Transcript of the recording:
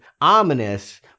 ominous